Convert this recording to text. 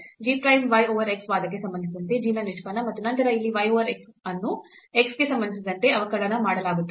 g prime y over x ವಾದಕ್ಕೆ ಸಂಬಂಧಿಸಿದಂತೆ g ನ ನಿಷ್ಪನ್ನ ಮತ್ತು ನಂತರ ಇಲ್ಲಿ y over x ಅನ್ನು x ಗೆ ಸಂಬಂಧಿಸಿದಂತೆ ಅವಕಲನ ಮಾಡಲಾಗುತ್ತದೆ